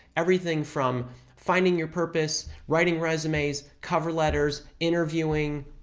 everything from finding your purpose, writing resumes, cover letters, interviewing,